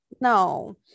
no